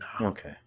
okay